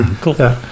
Cool